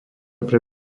pre